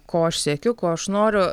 ko aš siekiu ko aš noriu